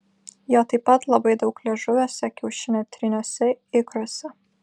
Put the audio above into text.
jo taip pat labai daug liežuviuose kiaušinio tryniuose ikruose